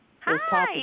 Hi